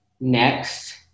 Next